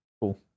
Cool